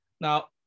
now